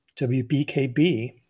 WBKB